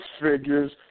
figures